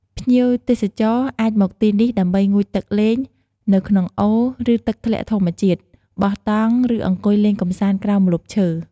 ភ្ញៀវទេសចរអាចមកទីនេះដើម្បីងូតទឹកលេង នៅក្នុងអូរ ឬទឹកធ្លាក់ធម្មជាតិ បោះតង់ ឬអង្គុយលេងកម្សាន្តក្រោមម្លប់ឈើ។